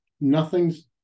Nothing's